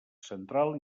central